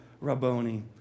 Rabboni